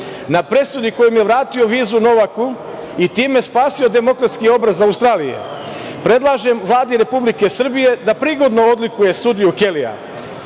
na presudi kojom je vratio vizu Novaku i time spasio demokratski obraz Australije. Predlažem Vladi Republike Srbije da prigodno odlikuje sudiju Kelija,